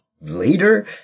later